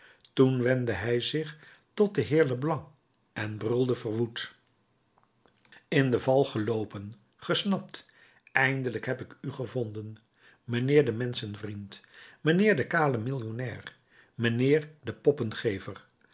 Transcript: toen wendde hij zich tot den heer leblanc en brulde verwoed in de val geloopen gesnapt eindelijk heb ik u gevonden mijnheer de menschenvriend mijnheer de kale millionair mijnheer de